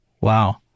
Wow